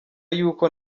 y’uko